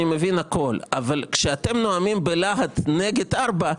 אני מבין הכול אבל כשאתם נואמים בלהט נגד 4,